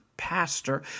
pastor